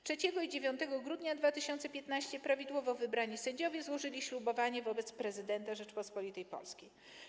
3 i 9 grudnia 2015 r. prawidłowo wybrani sędziowie złożyli ślubowanie wobec prezydenta Rzeczypospolitej Polskiej.